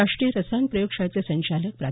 राष्ट्रीय रसायन प्रयोगशाळेचे संचालक प्रा